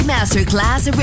Masterclass